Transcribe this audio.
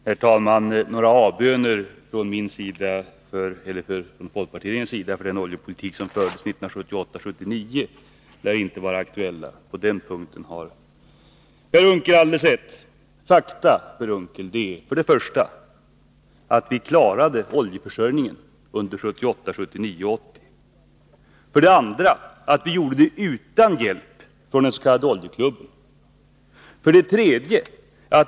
Herr talman! Några avböner från min sida eller från folkpartiregeringens sida för den oljepolitik som fördes 1978 och 1979 lär inte vara aktuella. På den punkten har Per Unckel alldeles rätt. 1. Vi klarade oljeförsörjningen under 1978, 1979 och 1980. 2. Vi gjorde det utan hjälp från den s.k. oljeklubben. 3.